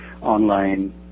online